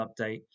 update